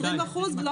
20 אחוזים.